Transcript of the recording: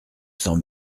cent